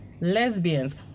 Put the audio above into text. lesbians